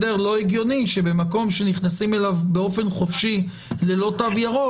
לא הגיוני שבמקום שנכנסים אליו באופן חופשי ללא תו ירוק,